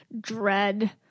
dread